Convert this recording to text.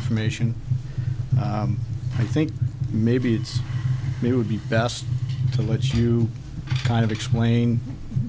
information i think maybe it would be best to let you kind of explain